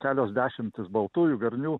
kelios dešimtys baltųjų garnių